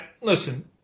listen